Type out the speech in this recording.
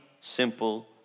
simple